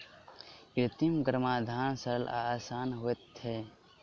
कृत्रिम गर्भाधान सरल आ आसान होइत छै